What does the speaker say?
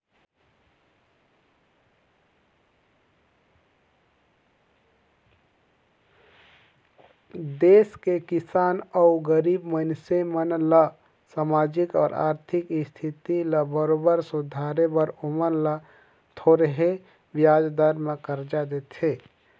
देस के किसान अउ गरीब मइनसे मन ल सामाजिक अउ आरथिक इस्थिति ल बरोबर सुधारे बर ओमन ल थो रहें बियाज दर में करजा देथे